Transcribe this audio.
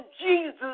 Jesus